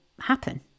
happen